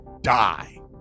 die